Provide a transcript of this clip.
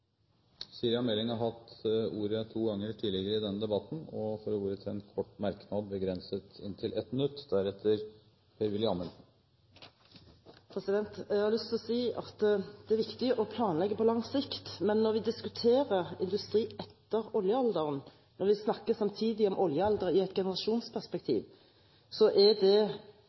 har hatt ordet to ganger tidligere og får ordet til en kort merknad, begrenset til 1 minutt. Jeg har lyst til å si at det er viktig å planlegge på lang sikt. Men når vi diskuterer industri etter oljealderen, når vi samtidig snakker om oljealder i et generasjonsperspektiv, er det